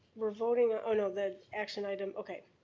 we're voting on. oh no, that action item, okay,